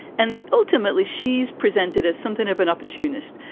and ultimately she's presented as something of an opportunist,